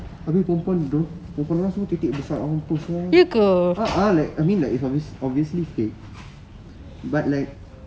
habis perempuan dia ora~ perempuan dia orang semua tetek besar nak mampus sia ah like I mean like obvi~ obviously fake but like